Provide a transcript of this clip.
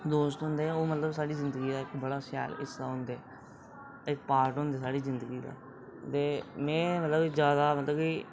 दोस्त होंदे ओह् मतलब साढ़ी जिंदगी इक बड़ा शैल हिस्सा होंदे इक पार्ट होंदे साढ़ी जिंदगी दा ते में मतलब जैदा मतलब कि